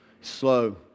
Slow